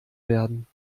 werden